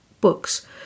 books